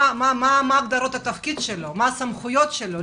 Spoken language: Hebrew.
מה הגדרות התפקיד שלו ומה הסמכויות שלו?